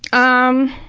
um.